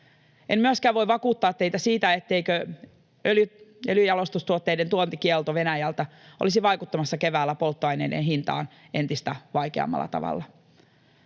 En myöskään voi vakuuttaa teitä siitä, etteikö öljynjalostustuotteiden tuontikielto Venäjältä olisi vaikuttamassa keväällä polttoaineiden hintaan entistä vaikeammalla tavalla.